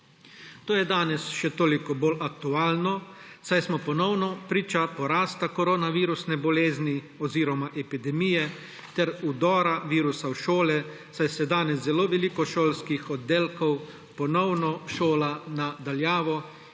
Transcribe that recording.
To je danes še toliko bolj aktualno, saj smo ponovno priča porastu koronavirusne bolezni oziroma epidemije ter vdoru virusa v šole, saj se danes zelo veliko šolskih oddelkov ponovno šola na daljavo.